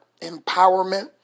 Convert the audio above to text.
empowerment